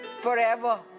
forever